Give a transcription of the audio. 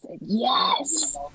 yes